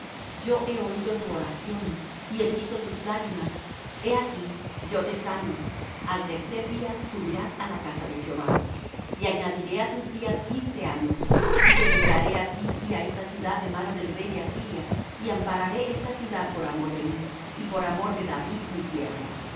yo he oído tu oración y he visto tus lágrimas he aquí yo te sano al tercer día subirás á la casa de jehová y añadiré á tus días quince años y te libraré á ti y á esta ciudad de mano del rey de asiria y ampararé esta ciudad por amor de mí y por amor de david mi siervo